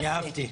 אני אהבתי.